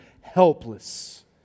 helpless